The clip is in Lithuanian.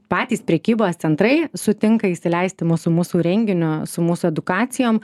patys prekybos centrai sutinka įsileisti mus su mūsų renginiu su mūsų edukacijom